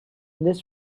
list